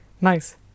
Nice